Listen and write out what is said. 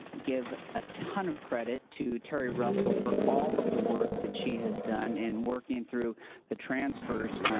give a ton of credit to tere russell for all of the work that she has done in working through the transfers,